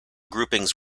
groupings